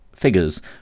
figures